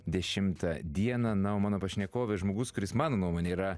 dešimtą dieną na o mano pašnekovė žmogus kuris mano nuomone yra